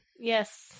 Yes